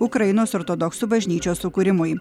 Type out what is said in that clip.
ukrainos ortodoksų bažnyčios sukūrimui